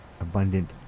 abundant